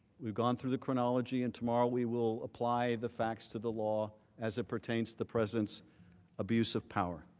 we've gone through the chronology and tomorrow we will apply the facts to the law as it pertains to the president's abuse of power.